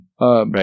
Right